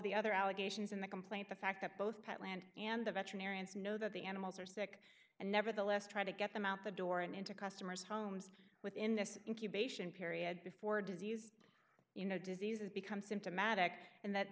the other allegations in the complaint the fact that both pet land and the veterinarians know that the animals are sick and nevertheless try to get them out the door and into customers homes within this incubation period before disease you know diseases become symptomatic and that